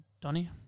Donnie